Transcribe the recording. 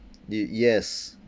th~ yes